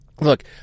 Look